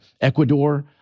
Ecuador